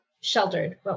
sheltered